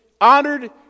honored